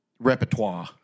Repertoire